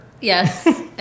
Yes